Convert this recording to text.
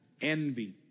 envy